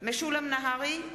משולם נהרי,